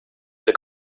the